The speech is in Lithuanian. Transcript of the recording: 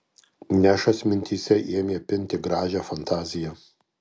nešas mintyse ėmė pinti gražią fantaziją